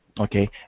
Okay